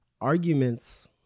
Arguments